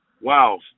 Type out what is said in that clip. Wow